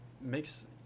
makes